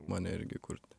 mane irgi kurti